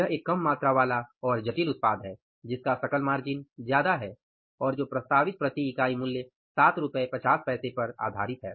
यह एक कम मात्रा वाला और जटिल उत्पाद है जिसका सकल मार्जिन ज्यादा है और जो प्रस्तावित प्रति इकाई मूल्य 7 रु 50 पैसे पर आधारित है